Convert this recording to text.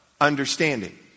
understanding